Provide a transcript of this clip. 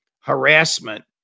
harassment